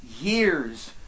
years